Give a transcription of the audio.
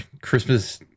Christmas